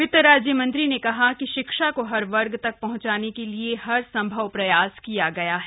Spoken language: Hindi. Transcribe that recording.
वित्त राज्य मंत्री ने कहा कि शिक्षा को हर वर्ग तक पहुंचाने के लिए भी हरसंभव प्रयास किया गया है